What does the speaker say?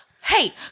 hey